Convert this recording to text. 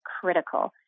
critical